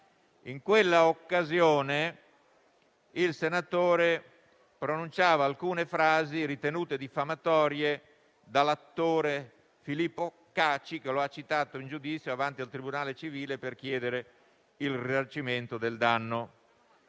In quella occasione il senatore pronunciava alcune frasi ritenute diffamatorie dall'attore Filippo Caci, che lo ha citato in giudizio davanti al tribunale civile per chiedere il risarcimento del danno.